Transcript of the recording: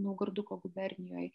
naugarduko gubernijoj